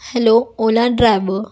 hello ola driver